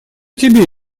тебе